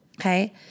okay